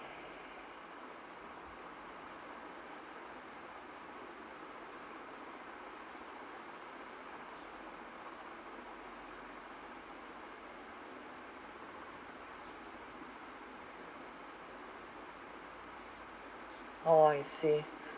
orh I see